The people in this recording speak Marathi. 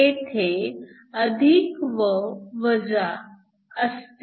तेथे व असते